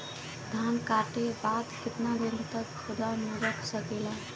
धान कांटेके बाद कितना दिन तक गोदाम में रख सकीला?